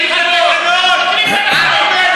התקנון מאפשר לו,